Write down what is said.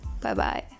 Bye-bye